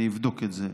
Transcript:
אני אבדוק את זה.